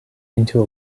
into